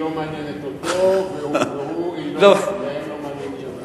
היא לא מעניינת אותו והם לא מעניינים אותו,